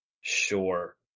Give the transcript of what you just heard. Sure